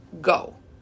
go